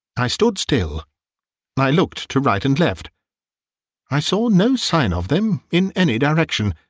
i stood still and i looked to right and left i saw no sign of them in any direction.